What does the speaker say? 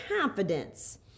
confidence